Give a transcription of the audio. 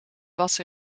was